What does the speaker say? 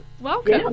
Welcome